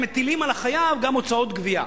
הם מטילים על החייב גם הוצאות גבייה.